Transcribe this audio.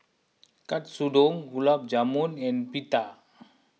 Katsudon Gulab Jamun and Pita